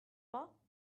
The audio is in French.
pas